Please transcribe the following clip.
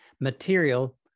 material